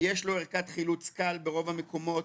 יש לו ערכת חילוץ קל ברוב המקומות,